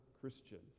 Christians